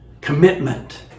commitment